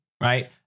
Right